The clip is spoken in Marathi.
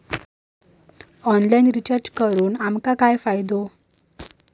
ऑनलाइन रिचार्ज करून आमका काय फायदो?